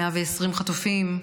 120 חטופים,